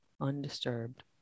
undisturbed